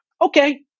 Okay